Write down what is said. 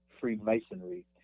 Freemasonry